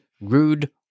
rude